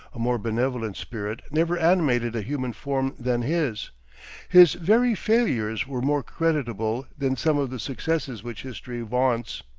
a more benevolent spirit never animated a human form than his his very failures were more creditable than some of the successes which history vaunts.